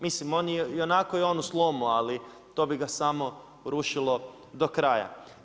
Mislim, ionako je on u slomu ali to bi ga samo rušilo do kraja.